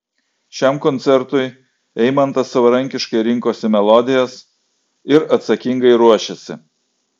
šiam koncertui eimantas savarankiškai rinkosi melodijas ir atsakingai ruošėsi